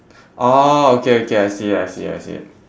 oh okay okay I see it I see it I see it